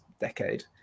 decade